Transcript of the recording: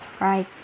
right